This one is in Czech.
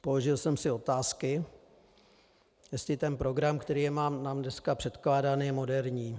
Položil jsem si otázky, jestli ten program, který je nám dneska předkládán, je moderní.